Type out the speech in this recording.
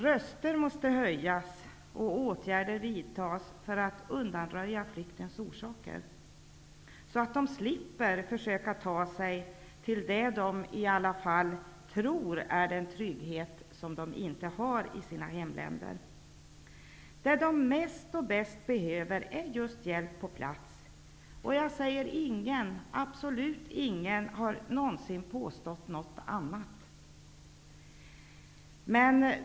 Röster måste höjas och åtgär der vidtas för att undanröja flyktens orsaker. De skall slippa behöva försöka ta sig till det de tror är den trygghet de inte har i sina hemländer. Det flyktingarna mest och bäst behöver är just hjälp på plats. Ingen -- absolut ingen -- har någon sin påstått något annat.